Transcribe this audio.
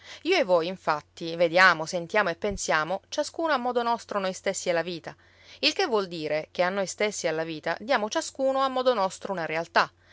io e voi infatti vediamo sentiamo e pensiamo ciascuno a modo nostro noi stessi e la vita il che vuol dire che a noi stessi e alla vita diamo ciascuno a modo nostro una realtà